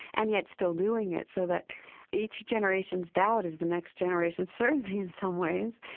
and yet still doing it. so that each generation's doubt is the next generation's certainty, in some ways.